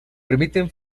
permiten